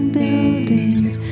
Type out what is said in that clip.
buildings